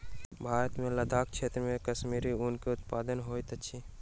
भारत मे लदाख क्षेत्र मे कश्मीरी ऊन के उत्पादन होइत अछि